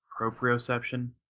Proprioception